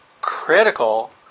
critical